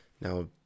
Now